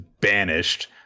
banished